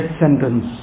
sentence